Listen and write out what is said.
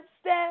step